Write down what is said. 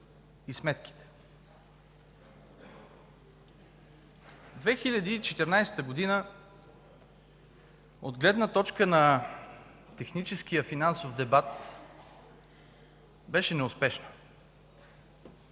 година от гледна точка на техническия финансов дебат беше неуспешна.